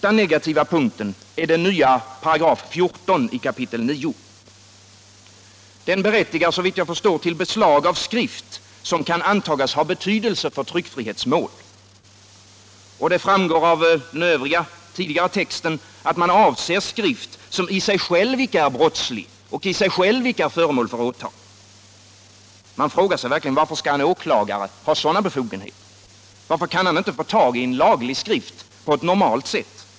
avser skrift som i sig själv inte är brottslig eller föremål för åtal. Man frågar sig verkligen varför en åklagare skall ha sådana befogenheter. Varför kan han inte få tag i en laglig skrift på eu normalt sätt?